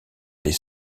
les